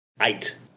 eight